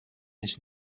ist